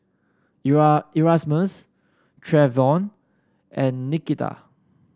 Erasmus Treyvon and Nikita